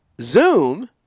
Zoom